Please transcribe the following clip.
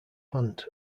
hunt